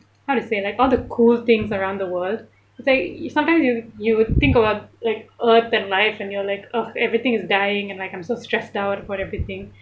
how to say like all the cool things around the world it's like sometimes you you would think about like like earth and life and you're like uh everything is dying and like I'm so stressed out about everything